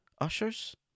Ushers